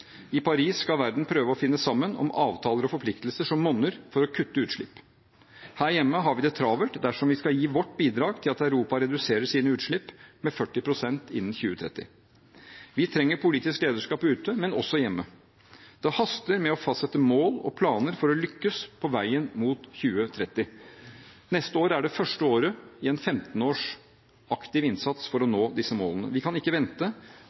I Paris skal verden prøve å finne sammen om avtaler og forpliktelser som monner for å kutte utslipp. Her hjemme har vi det travelt dersom vi skal gi vårt bidrag til at Europa reduserer sine utslipp med 40 pst. innen 2030. Vi trenger politisk lederskap ute, men også hjemme. Det haster med å fastsette mål og planer for å lykkes på veien mot 2030. Neste år er det første året i en 15 års aktiv innsats for å nå disse målene. Vi kan ikke vente